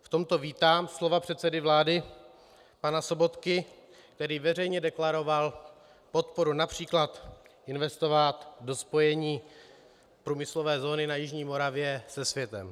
V tomto vítám slova předsedy vlády pana Sobotky, který veřejně deklaroval podporu např. investovat do spojení průmyslové zóny na jižní Moravě se světem.